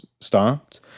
stopped